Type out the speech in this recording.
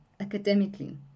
academically